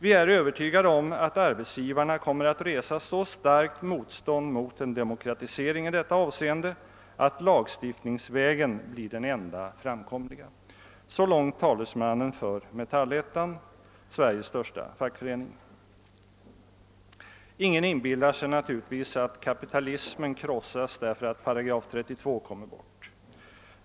Vi är övertygade om att arbetsgivarna kommer att resa så starkt motstånd mot en demokratisering i detta avseende, att lagstiftningsvägen blir den enda framkomliga.» Naturligtvis inbillar sig ingen att kapitalismen krossas därför att § 32 kommer bort.